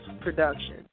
production